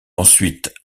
ensuite